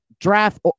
draft